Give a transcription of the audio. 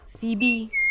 Phoebe